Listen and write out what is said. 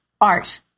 art